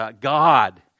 God